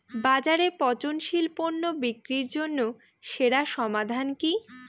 বাজারে পচনশীল পণ্য বিক্রির জন্য সেরা সমাধান কি?